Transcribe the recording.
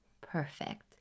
perfect